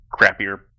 crappier